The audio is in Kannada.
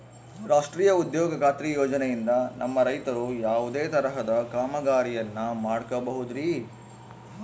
ರಾಷ್ಟ್ರೇಯ ಉದ್ಯೋಗ ಖಾತ್ರಿ ಯೋಜನೆಯಿಂದ ನಮ್ಮ ರೈತರು ಯಾವುದೇ ತರಹದ ಕಾಮಗಾರಿಯನ್ನು ಮಾಡ್ಕೋಬಹುದ್ರಿ?